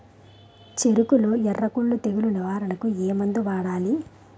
చెఱకులో ఎర్రకుళ్ళు తెగులు నివారణకు ఏ మందు వాడాలి?